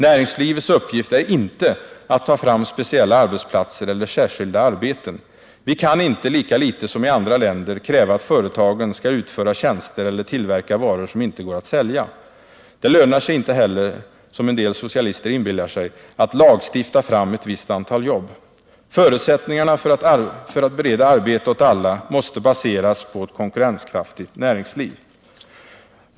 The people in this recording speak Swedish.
Näringslivets uppgift är inte att ta fram speciella arbetsplatser eller särskilda arbeten. Vi kan inte — lika lite som i andra länder — kräva att företagen skall utföra tjänster eller tillverka varor som inte går att sälja. Det lönar sig inte heller — som en del socialister inbillar sig — att lagstifta fram ett visst antal jobb. Förutsättningarna för att bereda arbete åt alla måste baseras på ett konkurrenskraftigt näringsliv.